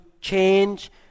change